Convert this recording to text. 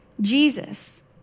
Jesus